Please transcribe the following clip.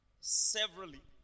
severally